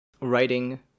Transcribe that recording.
writing